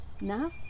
now